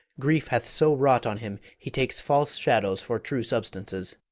grief has so wrought on him, he takes false shadows for true substances.